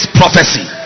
prophecy